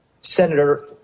Senator